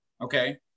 okay